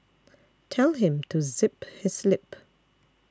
tell him to zip his lip